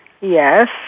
Yes